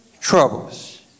troubles